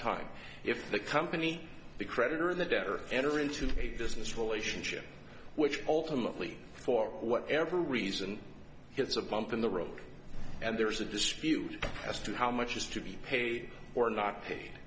time if the company the creditor the debtor enter into a business relationship which ultimately for whatever reason gets a bump in the road and there's a dispute as to how much is to be paid or not paid